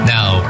Now